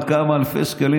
על כמה אלפי שקלים,